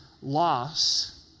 loss